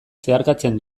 zeharkatzen